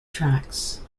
tracks